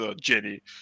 Jenny